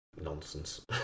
nonsense